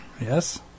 Yes